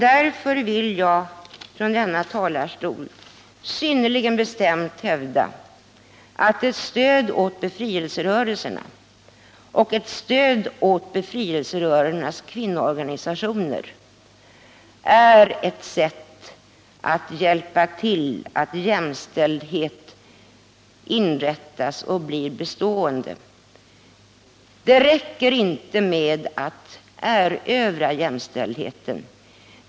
Därför vill jag från denna talarstol synnerligen bestämt hävda att ett stöd åt befrielserörelserna och ett stöd åt befrielserörelsernas kvinnoorganisationer är ett sätt att hjälpa till så att jämställdhet kommer till stånd och blir bestående. Det räcker inte med att erövra jämställdheten.